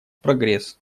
прогресс